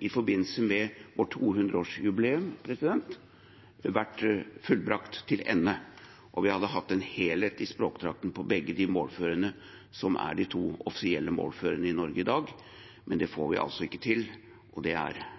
i forbindelse med vårt 200-årsjubileum, vært fullbrakt. Vi hadde hatt en helhet i språkdrakten på begge de målformene som er de to offisielle målformene i Norge i dag. Det får vi altså ikke til, og det er